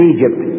Egypt